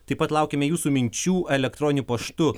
taip pat laukiame jūsų minčių elektroniniu paštu